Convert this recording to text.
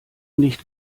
nicht